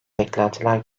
beklentiler